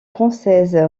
française